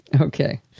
Okay